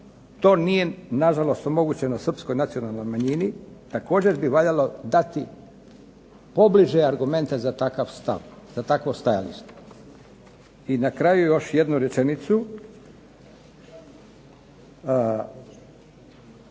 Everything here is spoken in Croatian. To nije nažalost omogućeno srpskoj nacionalnoj manjini, također bi valjalo dati pobliže argumente za takav stav, za takvo stajalište. I na kraju još jednu rečenicu,